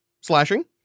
slashing